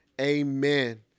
Amen